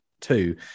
two